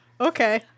okay